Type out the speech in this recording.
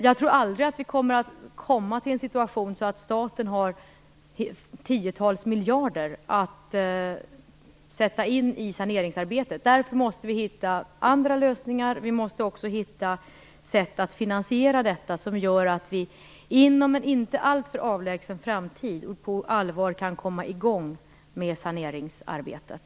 Jag tror aldrig att vi kommer att få en situation att staten har tiotals miljarder att sätta in i saneringsarbetet. Därför måste vi hitta andra lösningar. Vi måste också hitta sätt att finansiera detta som gör att vi inom en inte alltför avlägsen framtid på allvar kan komma i gång med saneringsarbetet.